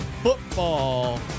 football